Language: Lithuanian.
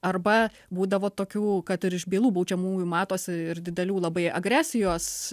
arba būdavo tokių kad iš bylų baudžiamųjų matosi ir didelių labai agresijos